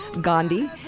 Gandhi